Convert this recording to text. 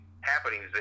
happenings